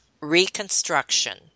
Reconstruction